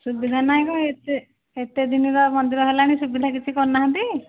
ସୁବିଧା ନାହିଁ କ'ଣ ଏତେ ଏତେ ଦିନର ମନ୍ଦିର ହେଲାଣି ସୁବିଧା କିଛି କରିନାହାନ୍ତି